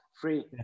free